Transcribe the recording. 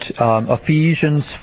Ephesians